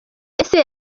ese